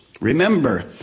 remember